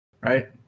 Right